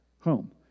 home